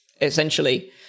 Essentially